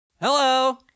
Hello